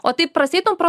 o taip prasieitum pro